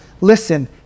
listen